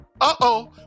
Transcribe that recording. uh-oh